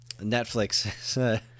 netflix